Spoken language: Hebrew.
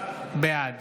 בעד